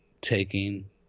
taking